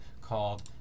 called